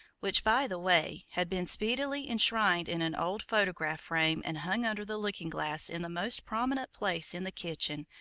which, by the way, had been speedily enshrined in an old photograph frame and hung under the looking-glass in the most prominent place in the kitchen,